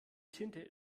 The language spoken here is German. tinte